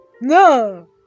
No